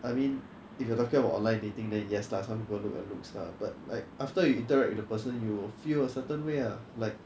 I mean if you are talking about online dating then yes lah some people look at looks lah but like after you interact with the person you will feel a certain way ah like